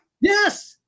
Yes